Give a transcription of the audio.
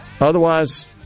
Otherwise